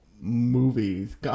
movies